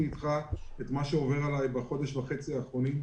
אותך במה שעובר עליי בחודש וחצי האחרונים.